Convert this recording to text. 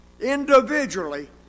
individually